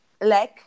leg